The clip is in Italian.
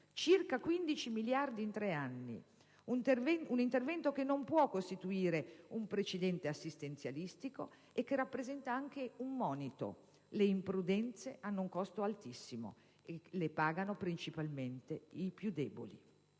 circa 15 miliardi in tre anni. Un intervento che non può costituire un precedente "assistenzialistico" e che rappresenta anche un monito: le imprudenze hanno un costo altissimo, che pagano principalmente i più deboli.